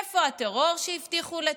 איפה הטיפול בטרור שהבטיחו?